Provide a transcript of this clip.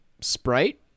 Sprite